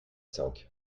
cinq